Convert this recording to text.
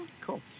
Cool